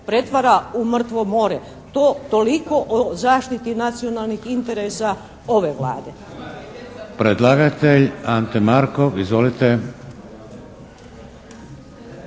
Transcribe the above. pretvara u mrtvo more. To toliko o zaštiti nacionalnih interesa ove Vlade.